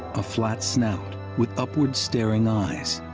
a flat snout, with upward staring eyes,